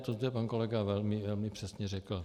To zde pan kolega velmi přesně řekl.